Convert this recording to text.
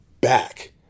back